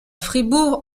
fribourg